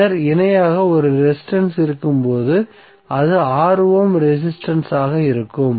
பின்னர் இணையாக ஒரு ரெசிஸ்டன்ஸ் இருக்கும் அது 6 ஓம் ரெசிஸ்டன்ஸ் ஆக இருக்கும்